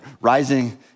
rising